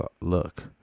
look